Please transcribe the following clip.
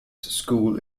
school